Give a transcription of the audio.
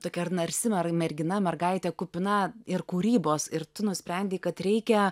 tokia ir narsi mer mergina mergaitė kupina ir kūrybos ir tu nusprendei kad reikia